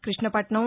Krishnapatnam